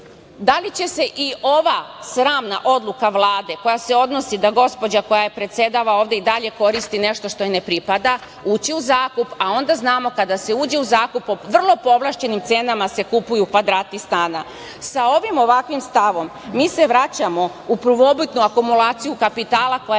da li će se i ova sramna odluka Vlade, koja se odnosi, da gospođa koja predsedava ovde i dalje koristi nešto što joj ne pripada, ući u zakup, a onda znamo kada se uđe u zakup po vrlo povlašćenim cenama se kupuju kvadrati stana? Sa ovim ovakvim stavom mi se vraćamo u prvobitnu akumulaciju kapitala koja je